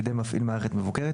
בידי מפעיל מערכת מבוקרת,